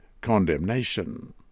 condemnation